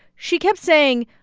she kept saying,